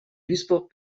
duisburg